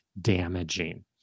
damaging